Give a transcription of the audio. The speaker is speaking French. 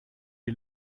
est